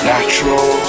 Natural